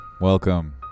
Welcome